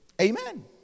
Amen